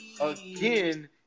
again